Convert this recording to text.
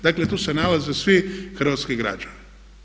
Dakle, tu se nalaze svi hrvatski građani.